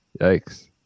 Yikes